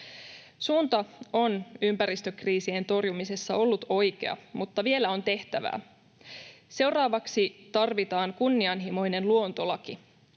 Suunta on ympäristökriisien torjumisessa ollut oikea, mutta vielä on tehtävää. Seuraavaksi tarvitaan kunnianhimoinen luontolaki.